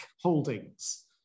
Holdings